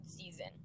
season